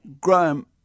Graham